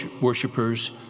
worshippers